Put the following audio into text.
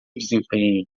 desempenho